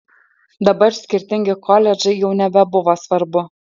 dabar skirtingi koledžai jau nebebuvo svarbu